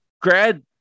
grad